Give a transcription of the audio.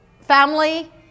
family